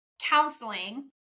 counseling